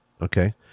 okay